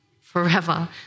forever